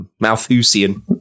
Malthusian